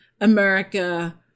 America